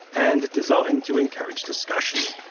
and designed to encourage discussion.